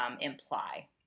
imply